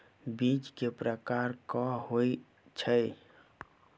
बीज केँ प्रकार कऽ होइ छै?